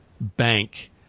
bank